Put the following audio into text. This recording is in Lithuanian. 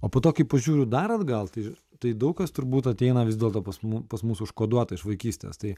o po to kai pažiūriu dar atgal tai tai daug kas turbūt ateina vis dėl to pas mum pas mus užkoduota iš vaikystės tai